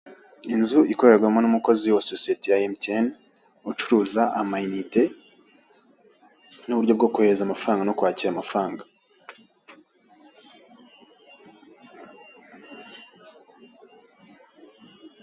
Inzu ikorerwamo n'umukozi wa sosiyete ya mtn, ucuruza ama inite, n'uburyo bwo kohereza amafaranga no kwakira amafaranga.